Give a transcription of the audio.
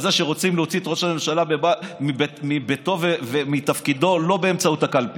על זה שרוצים להוציא את ראש הממשלה מביתו ומתפקידו שלא באמצעות הקלפי,